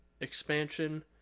expansion